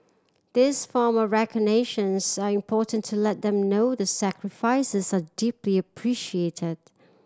these form of recognitions are important to let them know their sacrifices are deeply appreciated